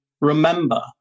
remember